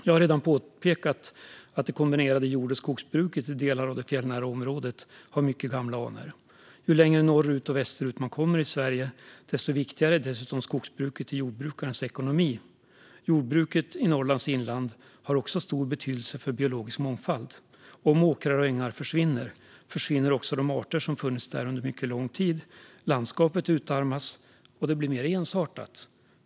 Jag har redan påpekat att det kombinerade jord och skogsbruket i delar av det fjällnära området har mycket gamla anor. Ju längre norrut och västerut man kommer i Sverige, desto viktigare är dessutom skogsbruket i jordbrukarens ekonomi. Jordbruket i Norrlands inland har också stor betydelse för biologisk mångfald. Om åkrar och ängar försvinner så försvinner också de arter som har funnits där under mycket lång tid. Landskapets utarmas, och det blir mer ensartat.